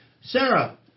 Sarah